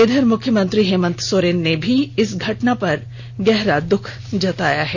इधर मुख्यमंत्री हेमंत सोरेन ने भी इस घटना पर दुख जताया है